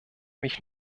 mich